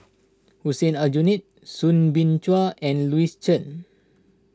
Hussein Aljunied Soo Bin Chua and Louis Chen